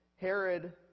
Herod